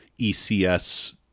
ECS